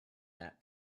that